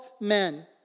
men